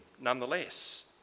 nonetheless